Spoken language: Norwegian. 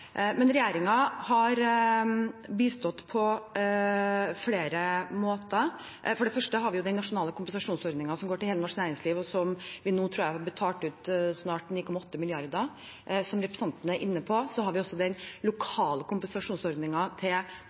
Men regjeringen har bistått på flere måter. For det første har vi den nasjonale kompensasjonsordningen som går til hele vårt næringsliv, der vi nå, tror jeg, har betalt ut snart 9,8 mrd. kr. Som representanten er inne på, har vi også den lokale